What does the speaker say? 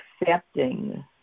accepting